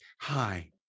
hi